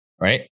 right